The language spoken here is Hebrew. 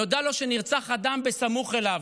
נודע לו שנרצח אדם בסמוך אליו.